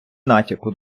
натяку